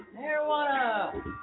Marijuana